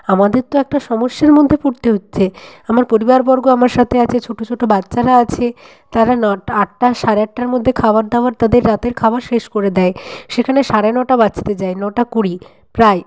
আমাদের তো একটা সমস্যার মধ্যে পড়তে হচ্ছে আমার পরিবারবর্গ আমার সাথে আছে ছোট ছোট বাচ্চারা আছে তারা নটা আটটা সাড়ে আটটার মধ্যে খাওয়ার দাওয়ার তাদের রাতের খাবার শেষ করে দেয় সেখানে সাড়ে নটা বাজতে যায় নটা কুড়ি প্রায়